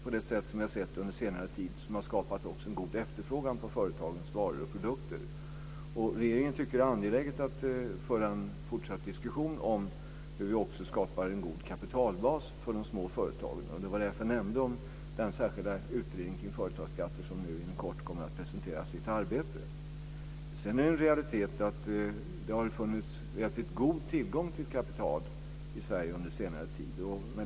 Under senare tid har vi sett att en välskött ekonomi också har skapat en god efterfrågan på företagens varor och produkter. Regeringen tycker att det är angeläget att föra en fortsatt diskussion om hur vi också skapar en god kapitalbas för de små företagen. Det var därför jag nämnde den särskilda utredning kring företagsskatter som inom kort kommer att presentera sitt arbete. Sedan är det en realitet att det har funnits en relativt god tillgång på kapital i Sverige under senare tid.